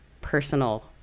personal